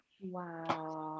Wow